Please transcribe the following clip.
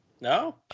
No